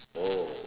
oh